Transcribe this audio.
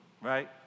right